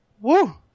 Woo